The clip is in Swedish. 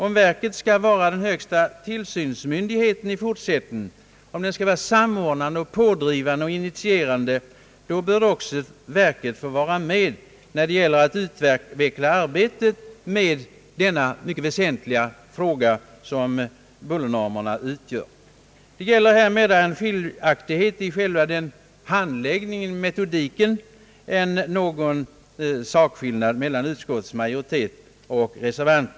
Om verket skall vara den högsta tillsynsmyndigheten i fortsättningen och om det skall vara samordnande, pådrivande och initierande bör också verket få vara med när det gäller att utveckla arbete med den mycket väsentliga fråga bullernormerna utgör. Det gäller här en skiljaktighet mellan utskottsmajoriteten och reservanterna mera i fråga om synen på själva handläggningen och metodiken än beträffande sakfrågan.